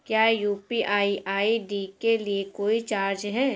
क्या UPI ID के लिए कोई चार्ज है?